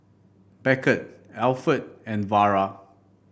Beckett Alford and Vara